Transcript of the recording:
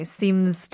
seems